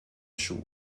schuh